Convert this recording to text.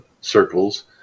circles